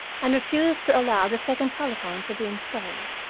and refused to allow the second telephone to be installed.